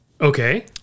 Okay